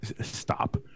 Stop